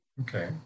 Okay